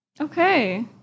Okay